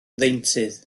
ddeintydd